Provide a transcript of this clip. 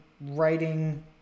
writing